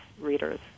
readers